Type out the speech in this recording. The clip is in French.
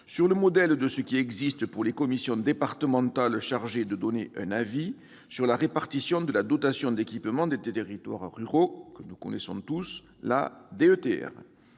sur le modèle de ce qui existe pour les commissions départementales chargées de donner un avis sur la répartition de la dotation d'équipement des territoires ruraux, la DETR.